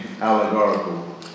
allegorical